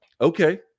okay